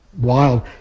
wild